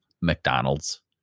mcdonald's